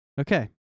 Okay